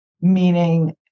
meaning